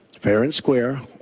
fair and square,